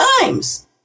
times